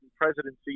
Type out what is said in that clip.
presidency